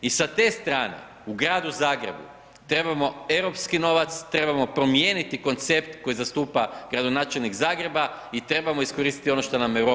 I sa te strane u gradu Zagrebu trebamo europski novac, trebamo promijeniti koncept koji zastupa gradonačelnik Zagreba i trebamo iskoristiti ono što nam Europa pruža.